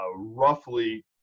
roughly